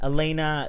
Elena